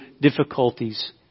difficulties